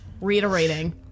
reiterating